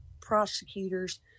prosecutors